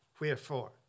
wherefore